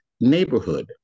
neighborhood